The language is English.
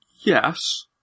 Yes